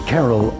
Carol